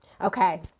Okay